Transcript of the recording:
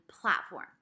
platform